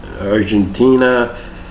Argentina